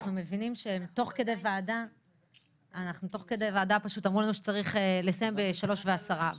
תוך כדי הישיבה אמרו לנו שצריך לסיים ב-15:10.